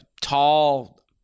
Tall